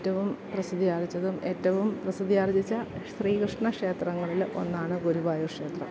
ഏറ്റവും പ്രസിദ്ധിയാർതിച്ചതും ഏറ്റവും പ്രസിദ്ധിയാർജ്ജിച്ച ശ്രീകൃഷ്ണക്ഷേത്രങ്ങളിൽ ഒന്നാണ് ഗുരുവായൂർ ക്ഷേത്രം